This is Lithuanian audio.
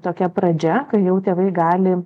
tokia pradžia kai jau tėvai gali